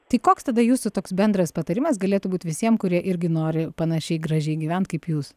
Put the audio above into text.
tai koks tada jūsų toks bendras patarimas galėtų būt visiem kurie irgi nori panašiai gražiai gyvent kaip jūs